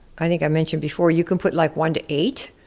i think i mentioned before, you can put like one to eight,